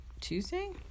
Tuesday